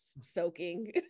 soaking